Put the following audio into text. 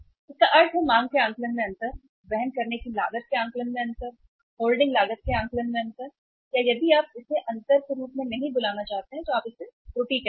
इसका अर्थ है मांग के आकलन में अंतर वहन करने की लागत के आकलन में अंतर होल्डिंग लागत के आकलन में अंतर या यदि आप इसे अंतर के रूप में नहीं बुलाना चाहते हैं तो आप इसे त्रुटि कहते हैं